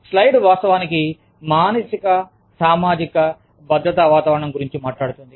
slide వాస్తవానికి మానసిక సామాజిక భద్రతా వాతావరణం గురించి మాట్లాడుతుంది